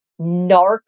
narc